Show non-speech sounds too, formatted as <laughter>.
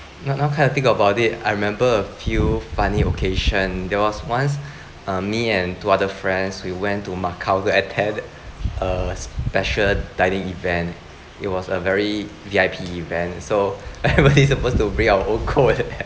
now now kind of think about it I remember a few funny occasion there was once um me and two other friends we went to macau to attend a special dining event it was a very V_I_P even so everybody is supposed to bring our own coat <laughs>